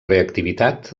reactivitat